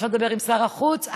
אפשר לדבר עם שר החוץ?